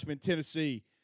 Tennessee